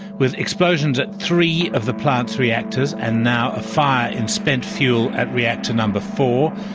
with explosions at three of the plant's reactors and now a fire in spent fuel at reactor number four,